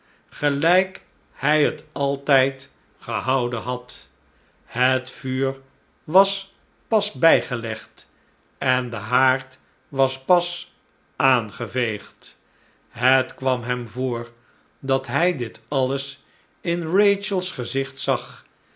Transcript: gelijk hij het altijd gehouden had het yuur was pas bijgelegd en de haard was pas aangeveegd het kwam hem voor dat hij dit alles in rachel's gezicht zag